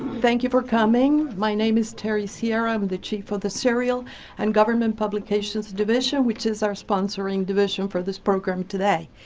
thank you for coming. my name is terry sierra. i'm the chief of the serial and government publications divisions, which is our sponsoring division for this program today.